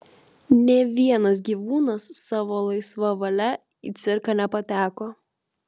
nė vienas gyvūnas savo laisva valia į cirką nepateko